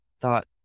Thought